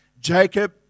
Jacob